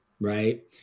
Right